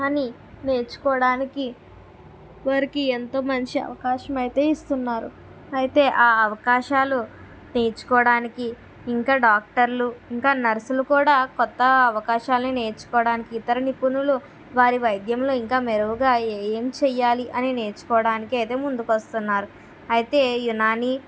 అని నేర్చుకోవడానికి వారికి ఎంతో మంచి అవకాశం అయితే ఇస్తున్నారు అయితే ఆ అవకాశాలు నేర్చుకోవడానికి ఇంకా డాక్టర్లు ఇంకా నర్సులు కూడా కొత్త అవకాశాలను నేర్చుకోవడానికి ఇతర నిపుణులు వారి వైద్యంలో ఇంకా మెరుగుగా ఏం చేయాలి అని నేర్చుకోవడానికి అయితే ముందుకు వస్తున్నారు అయితే యునానీ